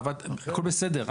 עבדתם, הכל בסדר.